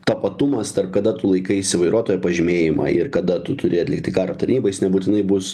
tapatumas tarp kada tu laikaisi vairuotojo pažymėjimą ir kada tu turi atlikti karo tarybą jis nebūtinai bus